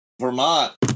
vermont